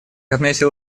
отметил